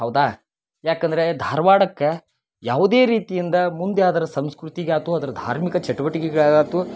ಹೌದಾ ಯಾಕಂದರೆ ಧಾರ್ವಾಡಕ್ಕೆ ಯಾವುದೇ ರೀತಿಯಿಂದ ಮುಂದೆ ಅದರ ಸಂಸ್ಕೃತಿಗೆ ಅಥ್ವಾ ಅದ್ರ ಧಾರ್ಮಿಕ ಚಟುವಟಿಕೆಗಳಿಗೆ ಆತು